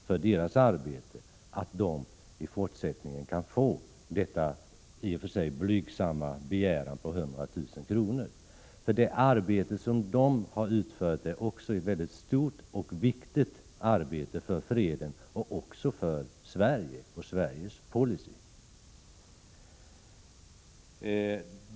för dess arbete — i fortsättningen kan få detta i och för sig blygsamma belopp. Det arbete som där utförts är ett väldigt stort och viktigt arbete för freden och även för Sverige och Sveriges policy.